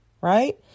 right